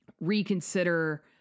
reconsider